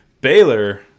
Baylor